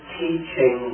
teaching